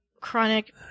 chronic